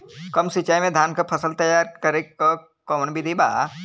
कम सिचाई में धान के फसल तैयार करे क कवन बिधि बा?